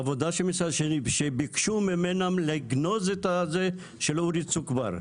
עבודה שביקשו מהם לגנוז את הזה שלא הריצו כבר,